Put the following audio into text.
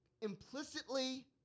implicitly